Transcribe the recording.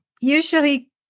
usually